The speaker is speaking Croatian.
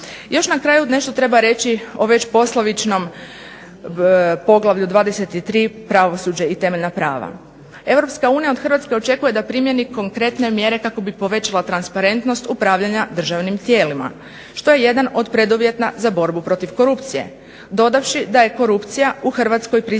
Još na kraju nešto treba reći o već poslovičnom Poglavlju 23. – Pravosuđe i temeljna prava. Europska unija od Hrvatske očekuje da primjeni konkretne mjere kako bi povećala transparentnost upravljanja državnim tijelima što je jedan od preduvjeta za borbu protiv korupcije, dodavši da je korupcija u Hrvatskoj prisutna